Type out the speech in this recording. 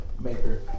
maker